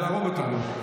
כדי להרוג אותנו.